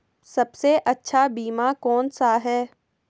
सबसे अच्छा बीमा कौन सा है?